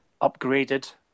upgraded